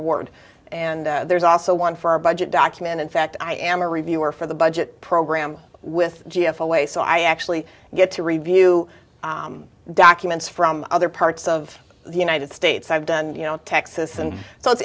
ward and there's also one for our budget document in fact i am a reviewer for the budget program with jeff away so i actually get to review documents from other parts of the united states i've done you know in texas and so it's